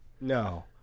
No